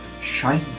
shine